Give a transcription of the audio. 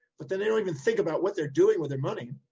but then they don't even think about what they're doing with their money.